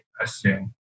assume